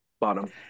bottom